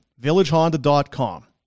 VillageHonda.com